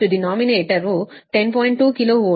2 kilo volt